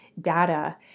data